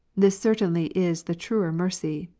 this certainly is the truer mercy,